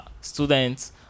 students